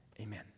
Amen